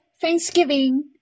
thanksgiving